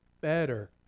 better